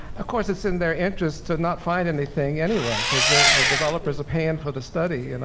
of course it's in their interest to not find anything anyway, cause the the developers are paying for the study. and